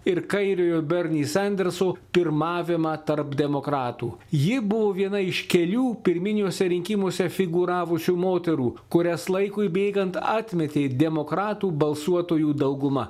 ir kairiojo berni sanderso pirmavimą tarp demokratų ji buvo viena iš kelių pirminiuose rinkimuose figūravusių moterų kurias laikui bėgant atmetė demokratų balsuotojų dauguma